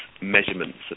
measurements